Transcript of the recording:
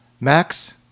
Max